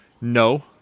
No